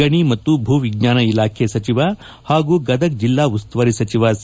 ಗಣಿ ಮತ್ತು ಭೂ ವಿಜ್ಞಾನ ಇಲಾಖೆ ಸಚಿವ ಹಾಗೂ ಗದಗ ಜಿಲ್ಲಾ ಉಸ್ತುವಾರಿ ಸಚಿವ ಸಿ